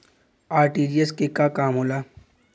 RTGS के का काम होला?